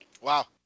Wow